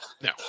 No